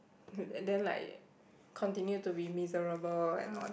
and then like continue to be miserable and all that